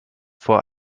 vor